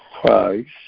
Christ